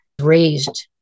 raised